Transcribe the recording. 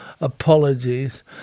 apologies